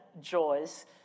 joys